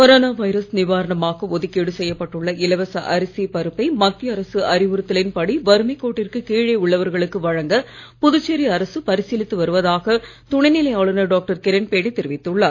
corona virus நிவாரணமாக ஒதுக்கீடு செய்யப்பட்டுள்ள இலவச அரிசி பருப்பை மத்திய அரசு அறிவுறுத்தலின்படி வறுமை கோட்டிற்கு கீழே உள்ளவர்களுக்கு வழங்க புதுச்சேரி அரசு பரிசீலித்து வருவதாக துணைநிலை ஆளுநர் டாக்டர் கிரண்பேடி தெரிவித்துள்ளார்